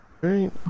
Right